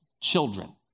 children